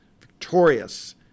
victorious